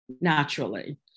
naturally